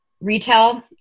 retail